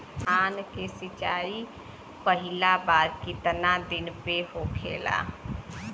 धान के सिचाई पहिला बार कितना दिन पे होखेला?